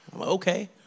okay